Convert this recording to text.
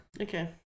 Okay